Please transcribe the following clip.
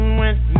went